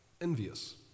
envious